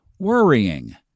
Worrying